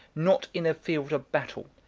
not in a field of battle,